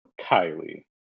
Kylie